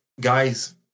Guys